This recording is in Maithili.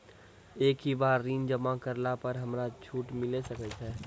एक ही बार ऋण जमा करला पर हमरा छूट मिले सकय छै?